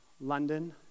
London